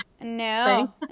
No